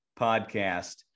Podcast